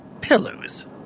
pillows